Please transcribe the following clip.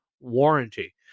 warranty